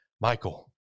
Michael